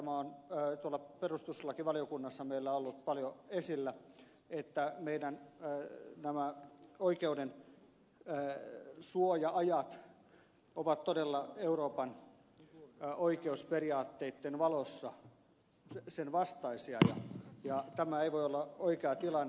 tämä on perustuslakivaliokunnassa meillä ollut paljon esillä että nämä meidän oikeudensuoja aikamme ovat todella euroopan oikeusperiaatteitten valossa niiden vastaisia ja tämä ei voi olla oikea tilanne